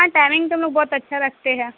ہاں ٹائمنگ تو ہم لوگ بہت اچھا لتے